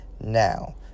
now